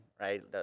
right